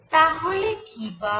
তাহলেকি পাবো